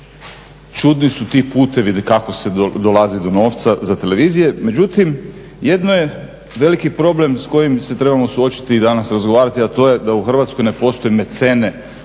čudni su ti putevi kako se dolazi do novca za televizije. Međutim, jedno je veliki problem s kojim se trebamo suočiti i danas razgovarati a to je da u Hrvatskoj ne postoje mecene